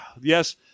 yes